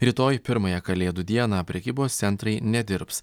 rytoj pirmąją kalėdų dieną prekybos centrai nedirbs